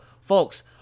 folks